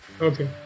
Okay